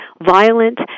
violent